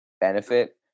Benefit